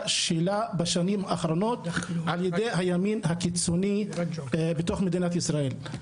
שלה בשנים האחרונות על ידי הימין הקיצוני בתוך מדינת ישראל.